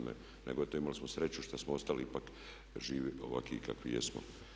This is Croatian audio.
Nego eto imali smo sreću što smo ostali ipak živi ovakvi kakvi jesmo.